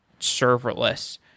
serverless